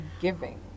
giving